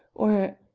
or